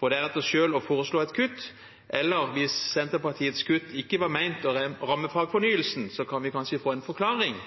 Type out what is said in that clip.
og deretter selv foreslå et kutt? Eller: Hvis Senterpartiets kutt ikke var ment å ramme fagfornyelsen, kan vi kanskje få en forklaring